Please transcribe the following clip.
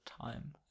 time